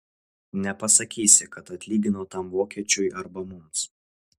nepasakysi kad atlygino tam vokiečiui arba mums